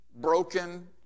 broken